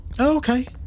Okay